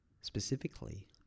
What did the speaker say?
Specifically